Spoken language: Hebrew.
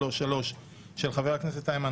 של חברת הכנסת עאידה